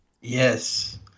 Yes